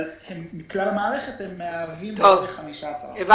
אבל מכלל המערכת הם מהווים בערך 15%. תודה.